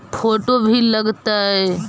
Photo भी लग तै?